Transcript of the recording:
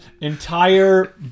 entire